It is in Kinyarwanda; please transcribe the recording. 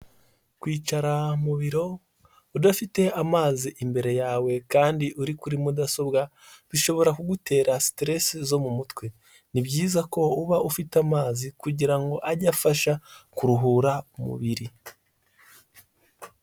Kwicara mu biro udafite amazi imbere yawe kandi uri kuri mudasobwa bishobora kugutera siteresi zo mu mutwe, ni byiza ko uba ufite amazi kugira ngo age afasha kuruhura umubiri.